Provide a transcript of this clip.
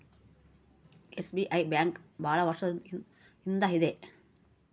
SBI bank ಭಾಳ ವರ್ಷ ಇಂದ ಇದೆ